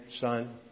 son